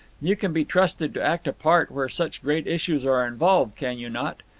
you can be trusted to act a part where such great issues are involved, can you not?